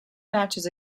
matches